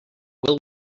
will